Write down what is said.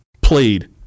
played